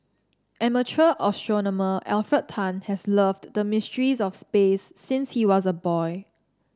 amateur astronomer Alfred Tan has loved the mysteries of space since he was a boy